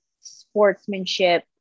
sportsmanship